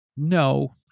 No